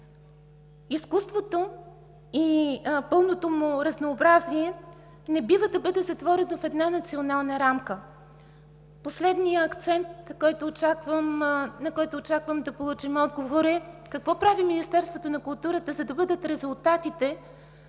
изкуството в пълното му разнообразие не бива да бъде затворено в една национална рамка. Последният акцент, на който очаквам да получим отговор, е: какво прави Министерството на културата, за да бъдат резултатите